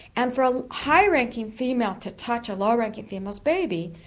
and for a higher-ranking female to touch a lower-ranking female's baby,